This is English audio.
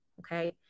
Okay